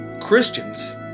Christians